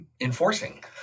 enforcing